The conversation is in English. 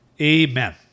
amen